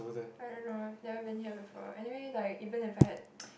I don't know never been here before anyway like even if I had